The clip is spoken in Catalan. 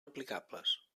aplicables